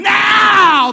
now